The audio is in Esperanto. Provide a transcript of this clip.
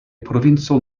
provinco